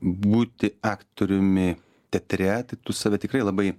būti aktoriumi teatre tai tu save tikrai labai